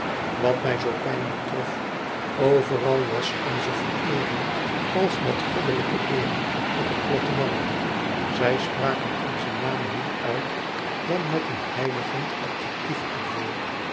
wat mij zoo pijnlijk trof overal was onze vereering als e ids aargang met goddelijke eer op het platteland zij spraken onzen naam niet uit dan met een heiligend adjectief er